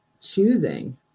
choosing